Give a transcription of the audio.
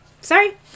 Sorry